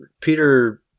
Peter